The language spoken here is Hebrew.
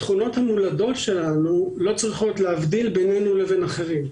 התכונות המולדות שלנו לא צריכות להבדיל ביננו לבין אחרים.